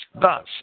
Thus